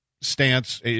stance